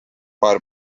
paar